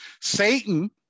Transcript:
Satan